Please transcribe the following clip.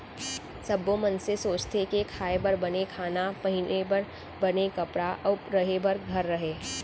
सब्बो मनसे सोचथें के खाए बर बने खाना, पहिरे बर बने कपड़ा अउ रहें बर घर रहय